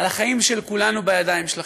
החיים של כולנו בידיים שלכם.